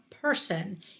person